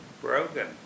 broken